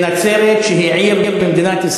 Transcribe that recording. צרפתי ואיטלקי.